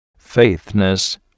faithness